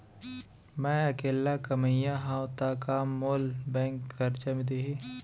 मैं अकेल्ला कमईया हव त का मोल बैंक करजा दिही?